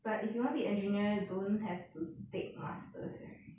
but if you want be engineer you don't have to take masters right